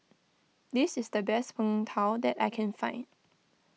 this is the best Png Tao that I can find